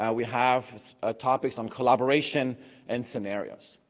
ah we have ah topics on collaboration and scenarios.